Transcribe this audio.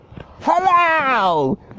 Hello